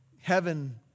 heaven